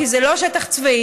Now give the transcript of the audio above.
כי זה לא שטח צבאי,